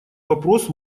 вопрос